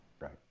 Right